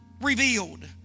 revealed